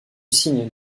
cygne